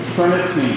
Trinity